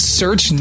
search